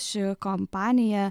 ši kompanija